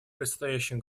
предстоящем